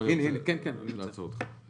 תן לי לעצור אותך.